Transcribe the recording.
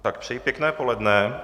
Tak přeji pěkné poledne.